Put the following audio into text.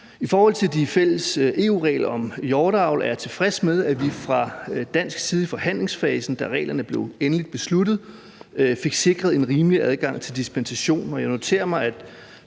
I forhold til de fælles EU-regler om hjorteavl er jeg tilfreds med, at vi fra dansk side i forhandlingsfasen, da reglerne blev endeligt besluttet, fik sikret en rimelig adgang til dispensation,